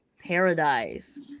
Paradise